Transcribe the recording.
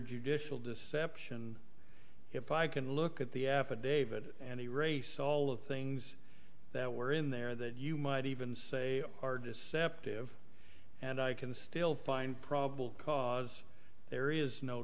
judicial deception if i can look at the affidavit and erase all of the things that were in there that you might even say are deceptive and i can still find probable cause there is no